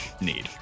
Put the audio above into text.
Need